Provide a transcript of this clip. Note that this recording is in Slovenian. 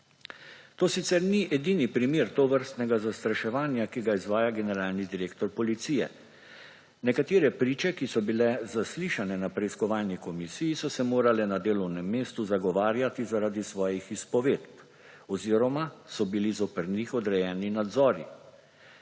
To sicer ni edini primer tovrstnega zastraševanja, ki ga izvaja generalni direktor policije. Nekatere priče, ki so bile zaslišane na preiskovalni komisiji, so se morale na delovnem mestu zagovarjati zaradi svojih izpovedb oziroma so bili zoper njih odrejeni nadzori.